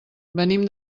venim